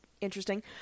interesting